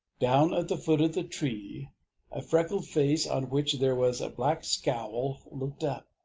down at the foot of the tree a freckled face on which there was a black scowl looked up.